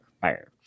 fire